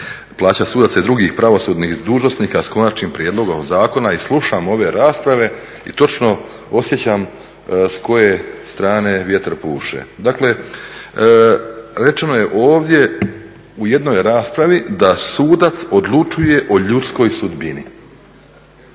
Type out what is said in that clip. plaća sudaca i drugih pravosudnih dužnosnika s konačnim prijedlogom zakona. I slušam ove rasprave i točno osjećam s koje strane vjetar puše. Dakle, rečeno je ovdje u jednoj raspravi da sudac odlučuje o ljudskoj sudbini.